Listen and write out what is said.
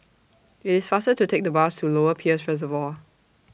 IT IS faster to Take The Bus to Lower Peirce Reservoir